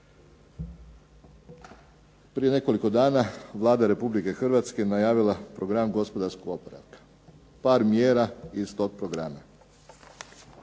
prije nekoliko dana Vlada Republike Hrvatske je najavila program gospodarskog oporavka. Par mjera iz tog programa.